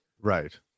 right